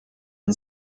and